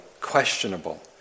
questionable